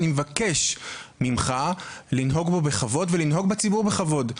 אני מבקש ממך לנהוג בו בכבוד,